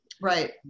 Right